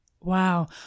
Wow